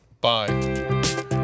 Bye